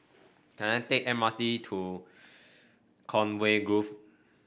can I take M R T to Conway Grove